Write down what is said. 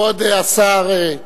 כבוד השר,